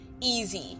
easy